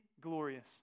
glorious